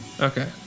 Okay